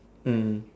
mm